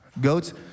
Goats